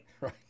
Right